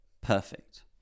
Perfect